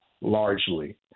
largely